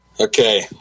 Okay